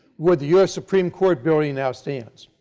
where the u. s. supreme court building now stands.